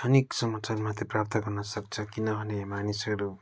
क्षणिक समाचार मात्रै प्राप्त गर्न सक्थे किनभने मानिसहरू